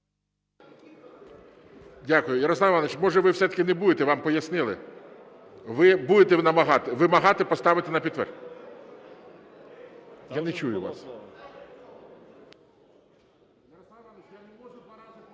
Дякую. Ярослав Іванович, може, ви все-таки не будете, вам пояснили? Ви будете вимагати поставити на підтвердження? Шановні